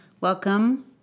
Welcome